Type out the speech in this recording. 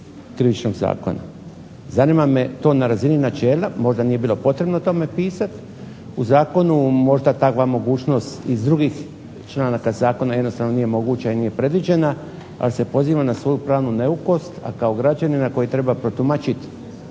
Krivičnog zakona. Zanima me to na razini načela možda nije bilo o tome pisati. U zakonu možda takva mogućnost iz drugih članaka zakona jednostavno nije moguće i nije predviđena ali se pozivam na svoju pravnu neukost, a kao građanin koji treba protumačiti